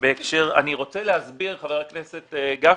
אני רוצה להסביר, חבר הכנסת גפני,